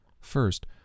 First